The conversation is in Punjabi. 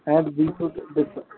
and we should dis